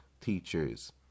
teachers